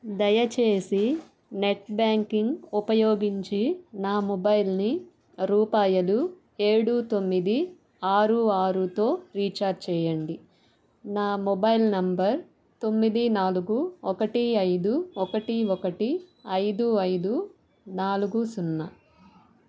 దయచేసి net banking ఉపయోగించి నా మొబైల్ని రూపాయలు ఏడు తొమ్మిది ఆరు ఆరుతో రీఛార్జ్ చేయండి నా మొబైల్ నంబర్ తొమ్మిది నాలుగు ఒకటి ఐదు ఒకటి ఒకటి ఐదు ఐదు నాలుగు సున్నా